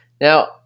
Now